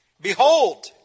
Behold